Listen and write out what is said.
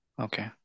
Okay